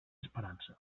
esperança